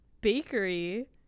Bakery